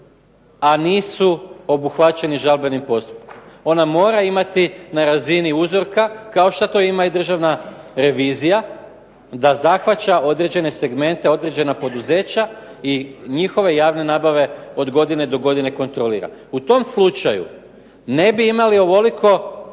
a nisu obuhvaćeni žalbenim postupkom? Ona mora imati na razini uzorka kao što to ima i Državna revizija da zahvaća određene segmente, određena poduzeća i njihove javne nabave od godine do godine kontrolira. U tom slučaju ne bi imali ovoliko